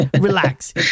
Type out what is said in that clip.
Relax